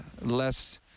less